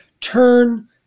turn